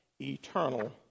eternal